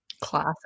classic